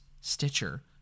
Stitcher